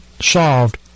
solved